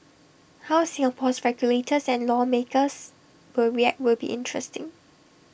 how Singapore's regulators and lawmakers will react will be interesting